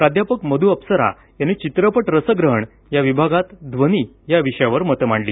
प्राध्यापक मधू अप्सरा यांनी चित्रपट रसग्रहण या विभागात ध्वनी या विषयावर मतं मांडली